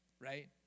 right